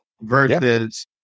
versus